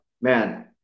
man